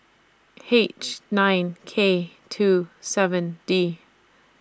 H nine K two seven D